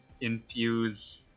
infuse